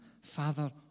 father